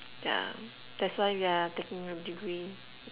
yeah that's why we're taking a degree